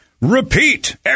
repeat